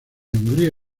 hungría